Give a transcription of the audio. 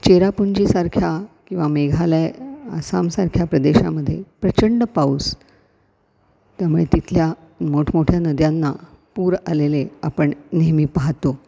चेरापुंजीसारख्या किंवा मेघालय आसामसारख्या प्रदेशामध्ये प्रचंड पाऊस त्यामुळे तिथल्या मोठमोठ्या नद्यांना पूर आलेले आपण नेहमी पाहातो